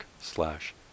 slash